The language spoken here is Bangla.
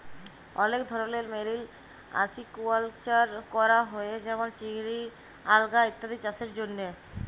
অলেক ধরলের মেরিল আসিকুয়াকালচার ক্যরা হ্যয়ে যেমল চিংড়ি, আলগা ইত্যাদি চাসের জন্হে